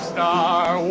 Star